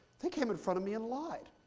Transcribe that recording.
they came in front of me and lied.